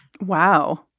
Wow